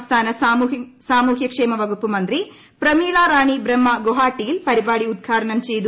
സംസ്ഥാന സാമൂഹ്യ ക്ഷേമ വകുപ്പ് മന്ത്രി പ്രമീള് ്റാണി ബ്രഹ്മ ഗോഹട്ടിയിൽ പരിപാടി ഉദ്ഘാടനം ചെയ്തു